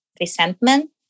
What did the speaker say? resentment